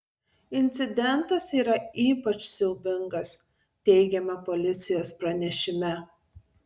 incidentas yra ypač siaubingas teigiama policijos pranešime